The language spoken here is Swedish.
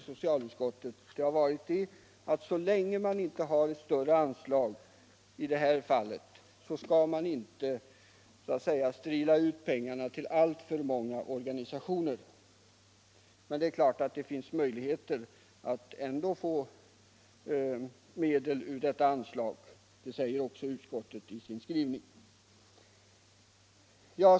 Socialutskottet har följt principen att man, så länge anslaget inte är större, inte skall strila ut pengarna till alltför många organisationer. Men det finns givetvis ändå möjligheter att få medel ur detta anslag. Det säger också utskottet i sin skrivning.